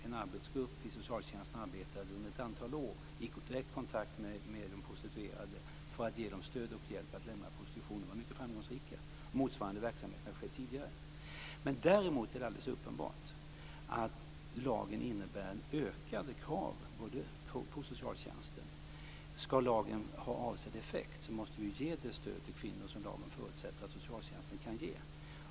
En arbetsgrupp i socialtjänsten arbetade under ett antal år i direkt kontakt med de prostituerade för att ge dem stöd och hjälp att lämna prostitutionen. Denna grupp var mycket framgångsrik. Motsvarande verksamhet har skett tidigare. Däremot är det alldeles uppenbart att lagen innebär ökade krav på socialtjänsten. Skall lagen ha avsedd effekt måste vi ju ge det stöd till kvinnor som lagen förutsätter att socialtjänsten kan ge.